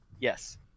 Yes